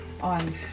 on